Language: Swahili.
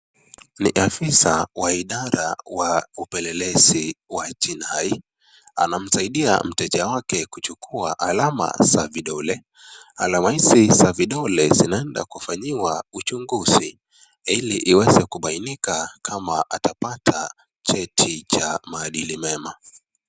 Ni afisa wa idara wa upelelezi wa jinhai anamsaidia mteja wake kuchukua alama za vidole. Alama hizi za vidole zinaenda kufanyiwa uchunguzi. Ili iweze kubainika kama atapata cheti cha maadili mema.